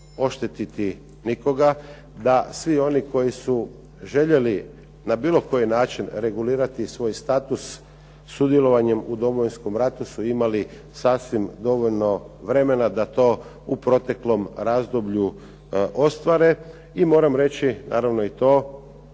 oštetiti nikoga, da svi oni koji su željeli na bilo koji način regulirati svoj status sudjelovanjem u Domovinskom ratu su imali sasvim dovoljno vremena da to u proteklom razdoblju ostvare. I moram reći naravno i to